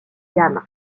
gamme